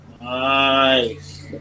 nice